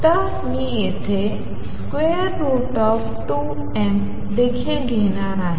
तर मी येथे √ देखील घेणार आहे